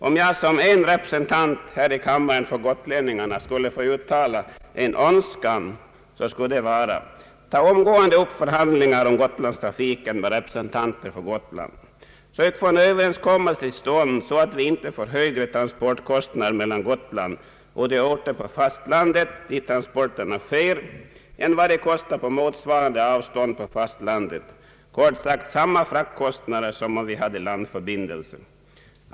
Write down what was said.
Om jag som en representant här i kammaren för gotlänningarna skulle få uttala några önskemål, så skulle de vara: Ta omgående upp förhandlingar om Gotlandstrafiken med representanter för Gotland! Sök få en överenskommelse till stånd, så att vi inte får högre transportkostnader mellan Gotland och de orter på fastlandet dit transporterna sker än vad man har på motsvarande avstånd på fastlandet, kort sagt samma fraktkostnader som om vi hade landförbindelse!